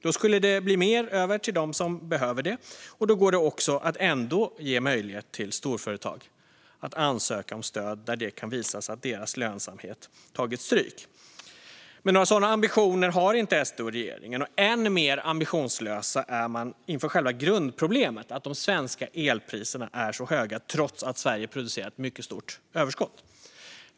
Då skulle det bli mer över till dem som behöver det, och då går det ändå att ge möjlighet för storföretag att ansöka om stöd där det kan visas att deras lönsamhet har tagit stryk. Men några sådana ambitioner har inte SD och regeringen. Och än mer ambitionslösa är man inför själva grundproblemet, att de svenska elpriserna är så höga, trots att Sverige producerar ett mycket stort överskott.